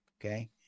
Okay